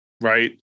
Right